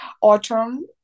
autumn